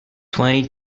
twenty